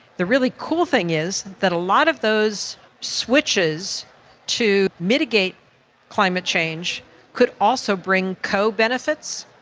the really cool thing is that a lot of those switches to mitigate climate change could also bring co-benefits,